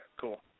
cool